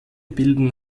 bilden